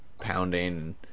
pounding